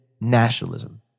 Nationalism